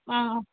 ஆ ஆ